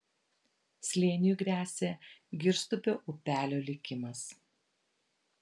slėniui gresia girstupio upelio likimas